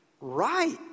right